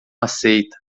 aceita